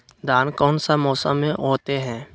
धान कौन सा मौसम में होते है?